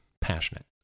passionate